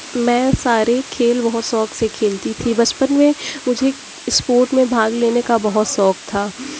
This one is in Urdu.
میں سارے کھیل بہت شوق سے کھیلتی تھی بچپن میں مجھے اسپورٹ میں بھاگ لینے کا بہت شوق تھا